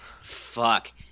Fuck